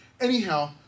Anyhow